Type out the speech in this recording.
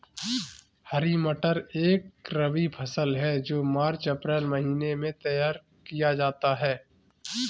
हरी मटर एक रबी फसल है जो मार्च अप्रैल महिने में तैयार किया जाता है